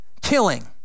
killing